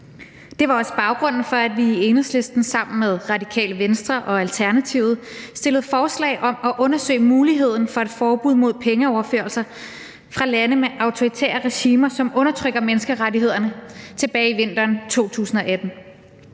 Det var også baggrunden for, at vi i Enhedslisten sammen med Det Radikale Venstre og Alternativet tilbage i vinteren 2018 stillede forslag om at undersøge muligheden for et forbud mod pengeoverførsler fra lande med autoritære regimer, som undertrykker menneskerettighederne. At sikre